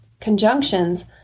conjunctions